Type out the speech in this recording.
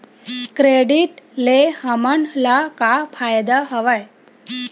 Credit ले हमन ला का फ़ायदा हवय?